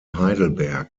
heidelberg